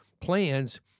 plans